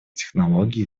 технологии